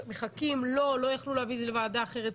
לא יכלו להביא את זה לוועדה אחרת.